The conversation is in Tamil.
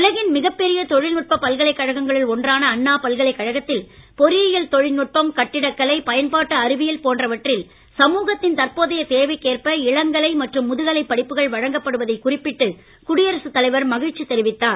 உலகின் மிகப்பெரிய தொழில்நுட்பப் பல்கலைக் கழகங்களுள் அண்ணா பொறியியல் ஒன்றாளன தொழில்நுட்பம் கட்டிடக்கலை பயன்பாட்டு அறிவியல் போன்றவற்றில் சமூகத்தின் தற்போதைய தேவைக்கேற்ப இளங்கலை மற்றும் முதுகலை படிப்புகள் வழங்கப்படுவதைக் குறிப்பிட்டு குடியரசுத் தலைவர் மகிழ்ச்சி தெரிவித்தார்